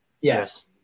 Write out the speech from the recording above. Yes